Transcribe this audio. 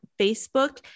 Facebook